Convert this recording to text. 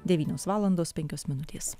devynios valandos penkios minutės